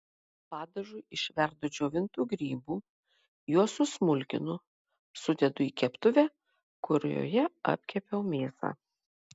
padažui išverdu džiovintų grybų juos susmulkinu sudedu į keptuvę kurioje apkepiau mėsą